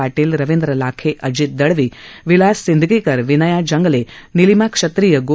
Patil Ravindra Lakhe Ajit Dalvi Vilas Sindgikar Vinaya Jangle Neelima Kshatriya गो